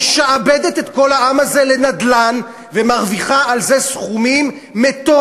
שמשעבדת את כל העם הזה לנדל"ן ומרוויחה על זה סכומים מטורפים.